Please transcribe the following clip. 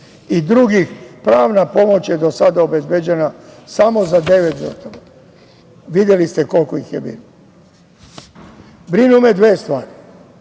i drugih pravna pomoć je do sada obezbeđena samo za devet žrtava. Videli ste koliko ih je bilo. Brinu me dve stvari.